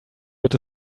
wird